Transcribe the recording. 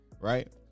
right